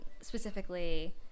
specifically